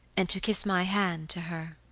and to kiss my hand to her